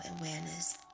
awareness